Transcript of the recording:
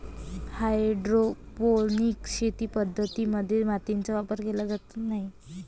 hydroponic शेती पद्धतीं मध्ये मातीचा वापर केला जात नाही